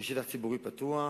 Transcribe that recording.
כשטח ציבורי פתוח.